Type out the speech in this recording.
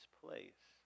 place